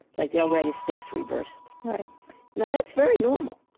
like, they'll write a six reversed right now, that's very normal,